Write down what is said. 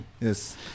Yes